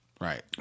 Right